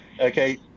Okay